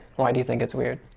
why do you think it's weird?